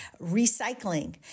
recycling